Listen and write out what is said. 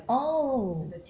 oh